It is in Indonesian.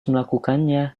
melakukannya